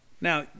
Now